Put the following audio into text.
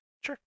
sure